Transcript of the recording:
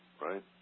right